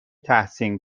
تحسین